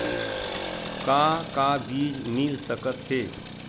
का का बीज मिल सकत हे?